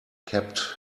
kept